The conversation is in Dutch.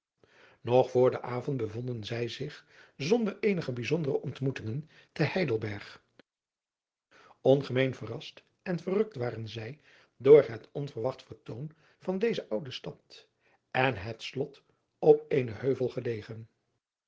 og voor den avond bevonden zij zich zonder eenige bijzondere ontmoetingen te eidelberg ngemeen verrast en verrukt waren zij door het onverwacht vertoon van deze oude stad en het slot op eenen heuvel gelegen